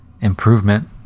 improvement